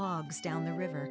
logs down the river